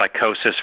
psychosis